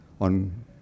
on